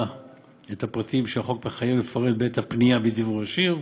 את הפרטים שהחוק מחייב לפרט בעת הפנייה בדיוור ישיר.